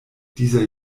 dieser